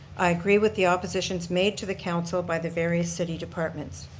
i agree with the oppositions made to the council by the various city departments.